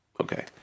Okay